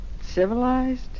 civilized